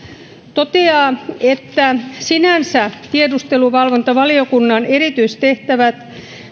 toteaa että sinänsä tiedusteluvalvontavaliokunnan erityistehtävät